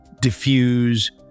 diffuse